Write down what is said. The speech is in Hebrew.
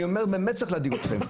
זה באמת צריך להדאיג אתכם.